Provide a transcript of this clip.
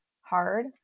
hard